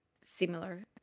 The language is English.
Similar